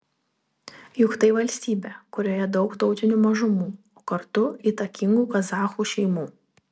juk tai valstybė kurioje daug tautinių mažumų o kartu įtakingų kazachų šeimų